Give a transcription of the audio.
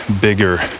bigger